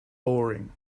boring